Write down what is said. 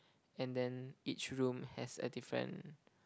and then each room has a different